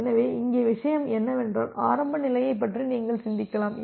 எனவே இங்கே விஷயம் என்னவென்றால் ஆரம்ப நிலையை பற்றி நீங்கள் சிந்திக்கலாம்